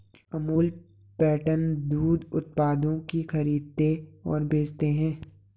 Amul pattern दूध उत्पादों की खरीदते और बेचते है